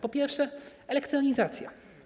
Po pierwsze, elektronizacja.